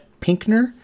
pinkner